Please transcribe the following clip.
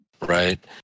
right